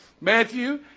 Matthew